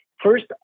first